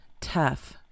tough